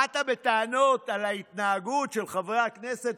באת בטענות על ההתנהגות של חברי הכנסת,